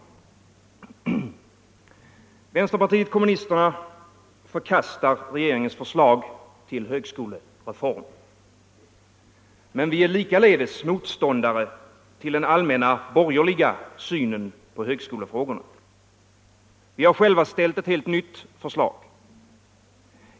Vänsterpartiet kommunisterna förkastar regeringens förslag till högskolereform men vi är likaledes motståndare till den allmänna borgerliga synen på högskolefrågorna. Vi har själva ställt ett helt nytt förslag.